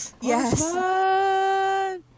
Yes